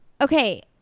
Okay